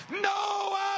No